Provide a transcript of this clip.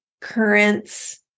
currents